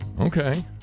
Okay